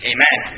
Amen